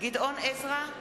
גדעון עזרא,